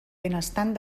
benestant